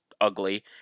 ugly